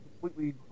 completely –